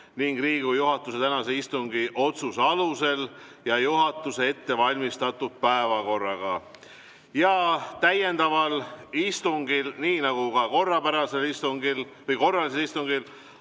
ning Riigikogu juhatuse tänase istungi otsuse alusel ja juhatuse ettevalmistatud päevakorraga. Täiendaval istungil, nii nagu ka korralisel istungil, anname kõigepealt